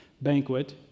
banquet